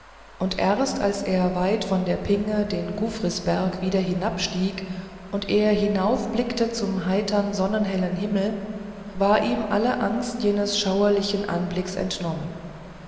und erst als er weit von der pinge den guffrisberg wieder hinabstieg und er hinaufblickte zum heitern sonnenhellen himmel war ihm alle angst jenes schauerlichen anblicks entnommen